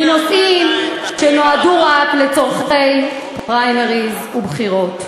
מנושאים שנועדו רק לצורכי פריימריז ובחירות.